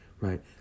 right